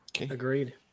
Agreed